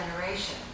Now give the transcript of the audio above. generation